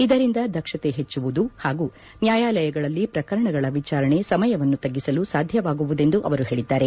ಇದರಿಂದ ದಕ್ಷತೆ ಪೆಚ್ಚುವುದು ಹಾಗೂ ನ್ಯಾಯಾಲಯಗಳಲ್ಲಿ ಪ್ರಕರಣಗಳ ವಿಚಾರಣೆ ಸಮಯವನ್ನು ತಗ್ಗಿಸಲು ಸಾಧ್ಯವಾಗುವುದೆಂದು ಅವರು ಹೇಳಿದ್ದಾರೆ